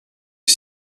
est